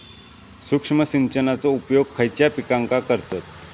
सूक्ष्म सिंचनाचो उपयोग खयच्या पिकांका करतत?